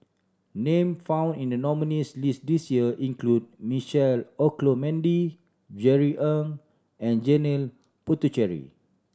name found in the nominees' list this year include Michael Olcomendy Jerry Ng and Janil Puthucheary